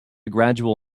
gradual